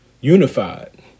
Unified